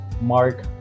Mark